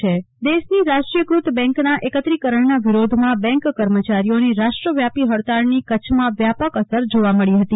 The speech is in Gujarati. કલ્પના શાહ્ બેંન્ક હડતાલ દેશની રાષ્ટ્રીયકૃત બેંકના એકત્રીકરણના વિરોધમાં બેંન્ક કર્મચારીઓની રાષ્ટ્ર વ્યાપી હળતાળની કચ્છમાં વ્યાપક અસર જોવા મળી હતી